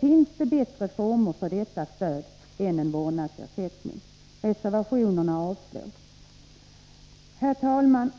finns det bättre former för detta stöd än vårdnadsersättning. Reservationerna bör avslås. Herr talman!